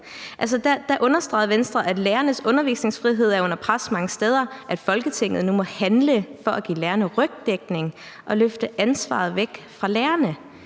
der understregede Venstre, at lærernes undervisningsfrihed er under pres mange steder, og at Folketinget nu må handle for at give lærerne rygdækning og løfte ansvaret væk fra lærerne.